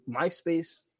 myspace